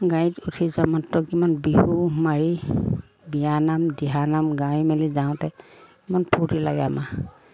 গাড়ীত উঠি যোৱা মাত্ৰ কিমান বিহু মাৰি বিয়ানাম দিহানাম গাই মেলি যাওঁতে ইমান ফূৰ্তি লাগে আমাৰ